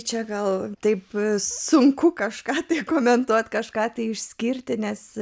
čia gal taip sunku kažką komentuoti kažką išskirti nes